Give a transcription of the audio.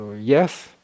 yes